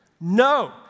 No